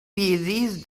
these